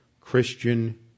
Christian